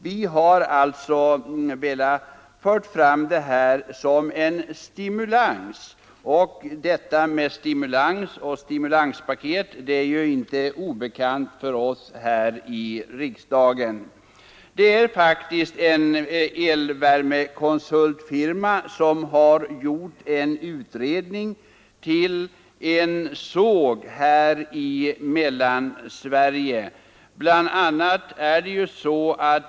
Vi har velat stimulera användningen av inhemskt bränsle — stimulans och stimulanspaket är ju ingenting obekant för oss här i riksdagen. En elvärmekonsultfirma har gjort en utredning för en såg här i Mellansverige.